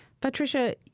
Patricia